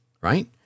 right